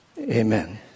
Amen